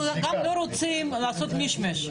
מחד אנחנו לא רוצים לעשות מישמש.